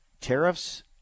tariffs